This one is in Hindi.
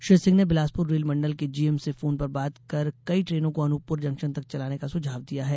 श्री सिंह ने बिलासुपर रेल मण्डल के जीएम से फोन पर बात कर कई ट्रेनों को अनूपपुर जंक्शन तक चलाने का सुझाव दिया है